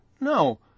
No